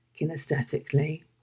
kinesthetically